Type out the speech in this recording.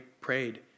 prayed